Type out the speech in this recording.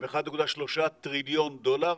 הם 1.3 טריליון דולר,